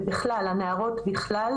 ולנערות בכלל,